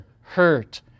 hurt